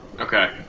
Okay